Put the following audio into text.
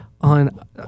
on